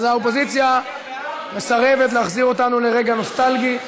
האופוזיציה מסרבת להחזיר אותנו לרגע נוסטלגי,